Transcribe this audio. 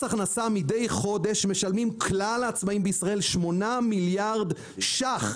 מס ההכנסה מדי חודש משלמים לכלל העצמאיים בישראל 8 מיליארד ₪.